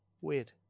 Weird